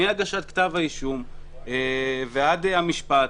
מהגשת כתב האישום ועד המשפט,